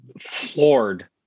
floored